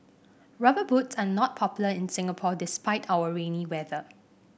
rubber boots are not popular in Singapore despite our rainy weather